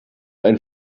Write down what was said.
ein